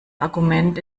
argument